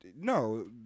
No